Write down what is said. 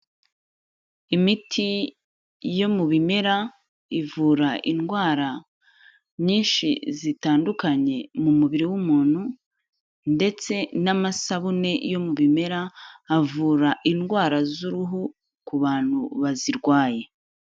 Imiti yo mu bimera ivura indwara nyinshi zitandukanye mu mubiri w'umuntu, ndetse n'amasabune yo mu bimera avura indwara z'uruhu ku bantu bazirwaye.